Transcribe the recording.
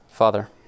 Father